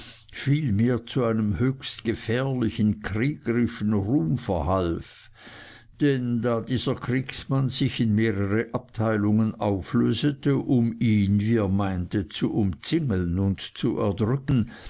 vielmehr zu einem höchst gefährlichen kriegerischen ruhm verhalf denn da dieser kriegsmann sich in mehrere abteilungen auflösete um ihn wie er meinte zu umzingeln und zu erdrücken